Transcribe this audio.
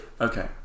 Okay